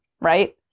right